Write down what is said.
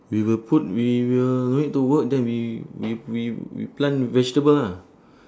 we will put we will no need to work then we we we we plant vegetable lah